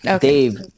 Dave